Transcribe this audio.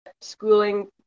schooling